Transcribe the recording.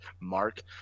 Mark